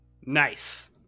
Nice